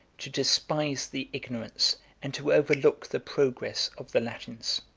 to despise the ignorance and to overlook the progress of the latins.